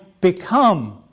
become